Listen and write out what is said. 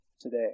Today